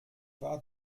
war